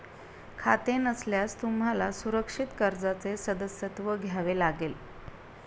खाते नसल्यास तुम्हाला सुरक्षित कर्जाचे सदस्यत्व घ्यावे लागेल